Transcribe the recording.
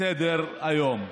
מסדר-היום.